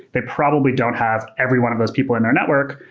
they probably don't have every one of those people in their network.